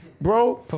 Bro